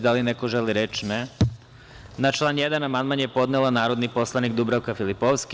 Da li neko želi reč? (Ne) Na član 1. amandman je podnela narodni poslanik Dubravka Filipovski.